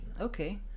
Okay